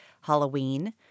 Halloween